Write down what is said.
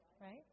Right